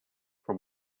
from